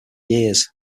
years